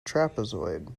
trapezoid